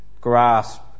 grasp